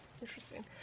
interesting